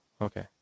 Okay